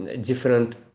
different